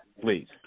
Please